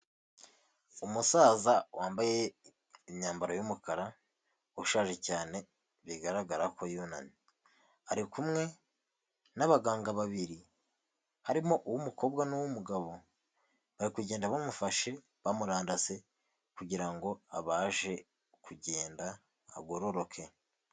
Umusaza wambaye imyambaro y'umukara ushaje cyane bigaragara ko yunamye, ari kumwe n'abaganga babiri harimo uw'umukobwa n'uw'umugabo bari kugenda bamufashe bamurandase kugira ngo abashe kugenda agororoke.